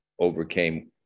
Overcame